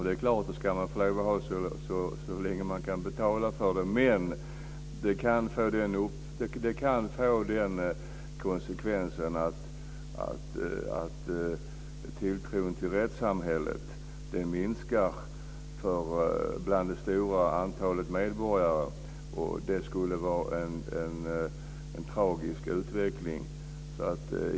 Det är klart att man ska få lov att ha det så länge man kan betala för det, men det kan få den konsekvensen att tilltron till rättssamhället minskar bland det stora antalet medborgare och det skulle vara en tragisk utveckling.